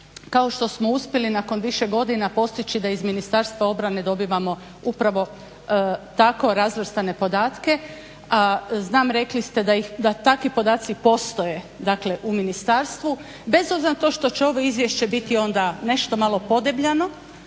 kao što smo uspjeli nakon više godina postići da iz Ministarstva obrane dobivamo upravo tako razvrstane podatke. Znam rekli ste da takvi podaci postoje dakle u ministarstvu. Bez obzira na to što će ovo izvješće biti onda nešto malo podebljano,